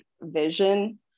vision